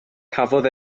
cafodd